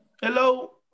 hello